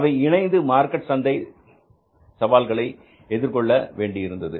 அவை இணைந்து மார்க்கெட் சந்தை சவால்களை எதிர்கொள்ள வேண்டியிருந்தது